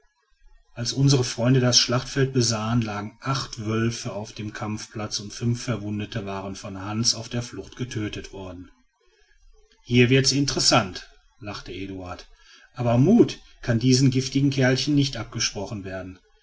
als unsere freunde das schlachtfeld besahen lagen acht wölfe auf dem kampfplatze und fünf verwundete waren von hans auf der flucht getötet worden hier wird's interessant lachte eduard aber mut kann diesen giftigen kerlchen nicht abgesprochen werden